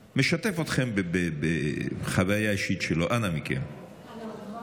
הוא משתף אתכם בחוויה אישית שלו, אנא מכם, תקשיבו.